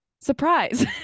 Surprise